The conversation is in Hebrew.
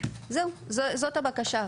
זהו, זאת הבקשה.